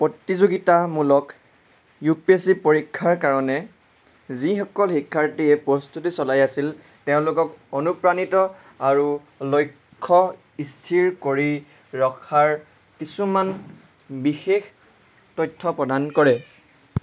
প্ৰতিযোগিতামূলক U P S C পৰীক্ষাৰ কাৰণে যিসকল শিক্ষাৰ্থীয়ে প্ৰস্তুতি চলাই আছিল তেওঁলোকক অনুপ্ৰাণিত আৰু লক্ষ্য স্থিৰ কৰি ৰখাৰ কিছুমান বিশেষ তথ্য প্ৰদান কৰে